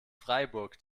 freiburg